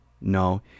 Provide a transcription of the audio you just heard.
No